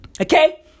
Okay